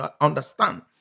understand